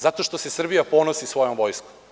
Zato što se Srbija ponosi svojom Vojskom.